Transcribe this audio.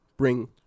bring